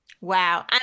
Wow